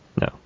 no